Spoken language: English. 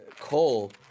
cole